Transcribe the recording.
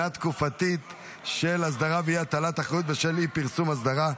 תקופתית של אסדרה ואי-הטלת אחריות בשל אי-פרסום אסדרה),